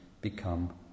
become